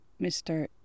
Mr